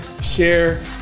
share